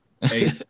hey